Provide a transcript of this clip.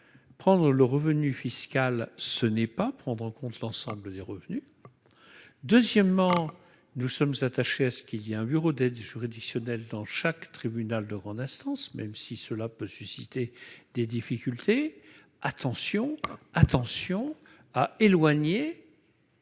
prendre le revenu fiscal, ce n'est pas prendre en compte l'ensemble des revenus, deuxièmement, nous sommes attachés à ce qu'il y a un bureau d'aide juridictionnelle dans chaque tribunal de grande instance, même si cela peut susciter des difficultés : attention, attention à éloigner.